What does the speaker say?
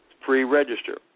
pre-register